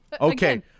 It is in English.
Okay